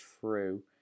true